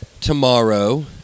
tomorrow